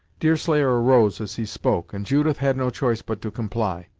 deerslayer arose as he spoke, and judith had no choice but to comply.